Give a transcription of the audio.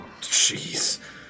Jeez